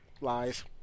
Lies